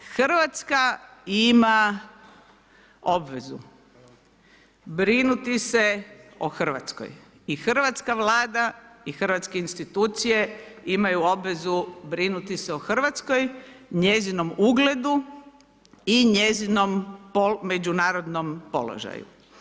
Hrvatska ima obvezu brinuti se o Hrvatskoj i hrvatska Vlada i hrvatske institucije imaju obveze brinuti se o Hrvatskoj, njezinom ugledu i njezinom međunarodnom položaju.